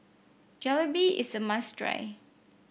Jalebi is a must try